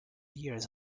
years